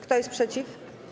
Kto jest przeciw?